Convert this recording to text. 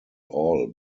all